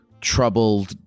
troubled